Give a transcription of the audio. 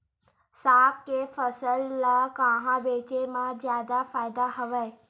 साग के फसल ल कहां बेचे म जादा फ़ायदा हवय?